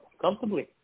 comfortably